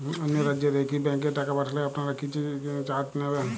অন্য রাজ্যের একি ব্যাংক এ টাকা পাঠালে আপনারা কী কিছু চার্জ নেন?